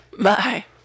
Bye